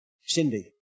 Cindy